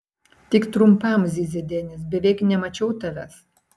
tik trumpam zyzia denis beveik nemačiau tavęs